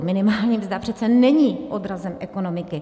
Minimální mzda přece není odrazem ekonomiky.